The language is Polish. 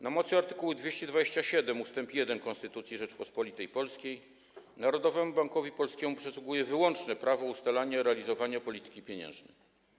Na mocy art. 227 ust. 1 Konstytucji Rzeczypospolitej Polskiej Narodowemu Bankowi Polskiemu przysługuje wyłączne prawo ustalania i realizowania polityki pieniężnej.